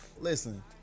Listen